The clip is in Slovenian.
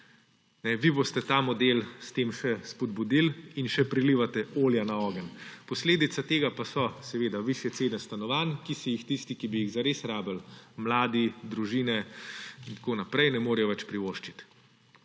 Vi boste ta model s tem še spodbudili in še prilivate olje na ogenj. Posledice tega pa so, seveda, višje cene stanovanj, ki si jih tisti, ki bi jih zares rabili, mladi, družine in tako naprej, ne morejo več privoščiti.